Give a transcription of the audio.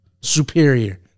Superior